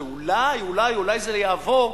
שאולי אולי זה יעבור,